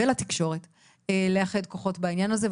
ולתקשורת לאחד כוחות בעניין הזה,